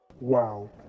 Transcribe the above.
Wow